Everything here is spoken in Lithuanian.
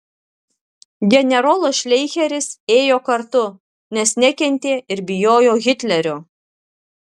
generolas šleicheris ėjo kartu nes nekentė ir bijojo hitlerio